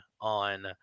on